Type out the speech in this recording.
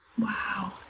Wow